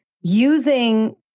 using